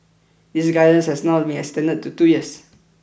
this guidance has now been extended to two years